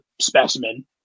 specimen